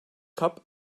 cup